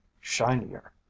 shinier